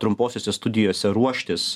trumposiose studijose ruoštis